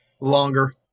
longer